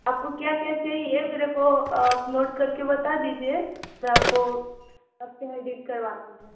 आप को क्या क्या चाहिए मेरे को आप नोट कर के बता दीजिए मैं आप को आप के यहाँ डील करवा दूँगा